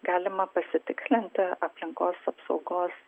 galima pasitikslinti aplinkos apsaugos